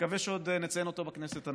שנקווה שעוד נציין אותו בכנסת הנוכחית.